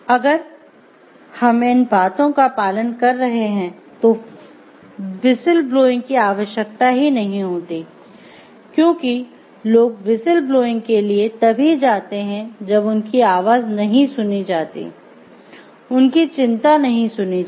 अगर हम इन बातों का पालन कर रहे हैं तो व्हिसिल ब्लोइंग की आवश्यकता ही नहीं होती क्योंकि लोग व्हिसिल ब्लोइंग के लिए तभी जाते हैं जब उनकी आवाज नहीं सुनी जाती उनकी चिंता नहीं सुनी जाती